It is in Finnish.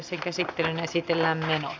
esiteltiin menot